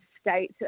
state